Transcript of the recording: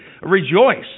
rejoice